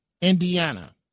Indiana